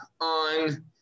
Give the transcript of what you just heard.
on